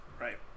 Right